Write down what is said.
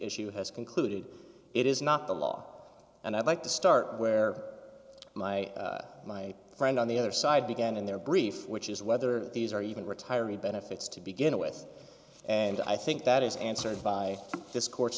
issue has concluded it is not the law and i'd like to start where my my friend on the other side began in their brief which is whether these are even retirement benefits to begin with and i think that is answered by this cour